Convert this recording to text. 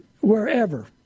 wherever